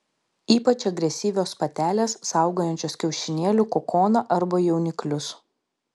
ypač agresyvios patelės saugojančios kiaušinėlių kokoną arba jauniklius